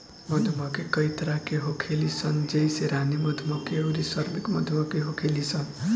मधुमक्खी कई तरह के होखेली सन जइसे रानी मधुमक्खी अउरी श्रमिक मधुमक्खी होखेली सन